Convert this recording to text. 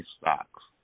stocks